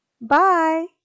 Bye